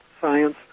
science